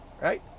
right